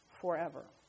forever